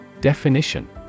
Definition